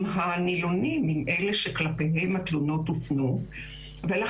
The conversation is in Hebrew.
הנילונים - עם אלה שכלפיהם הופנו התלונות.